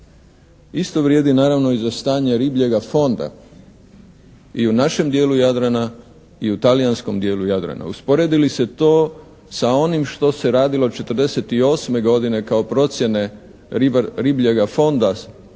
Isto vrijedi naravno i za stanje ribljega fonda i u našem dijelu Jadrana i u talijanskom dijelu Jadrana. Usporedi li se to sa onim što se radilo '48. godine kao procjene ribljega fonda